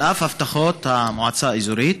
על אף הבטחות המועצה האזורית